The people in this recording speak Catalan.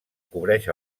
cobreix